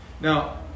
Now